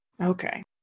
Okay